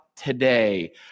today